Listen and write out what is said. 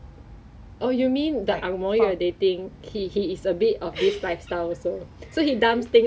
then ah heart shape 的还有糖 like sprinkle 糖在上面很好吃 !wah! 很像